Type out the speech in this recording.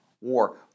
war